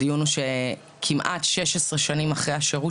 הדיון הוא שכמעט 16 שנים אחרי השירות